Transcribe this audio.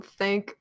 thank